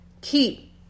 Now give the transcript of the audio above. keep